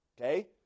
okay